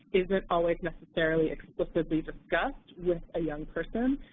isn't always necessarily explicitly discussed with a young person.